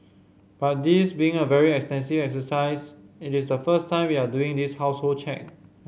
but this being a very extensive exercise it's the first time we are doing this household check